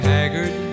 Haggard